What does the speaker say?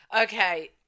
Okay